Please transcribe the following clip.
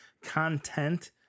content